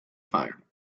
fire